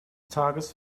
tages